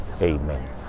Amen